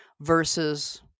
versus